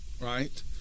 right